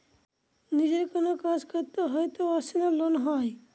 নিজের কোনো কাজ করতে হয় তো পার্সোনাল লোন হয়